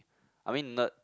I mean nerd